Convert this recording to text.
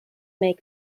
make